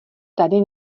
tady